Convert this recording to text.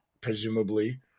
presumably